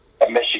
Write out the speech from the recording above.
Michigan